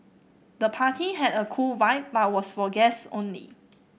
the party had a cool vibe but was for guest only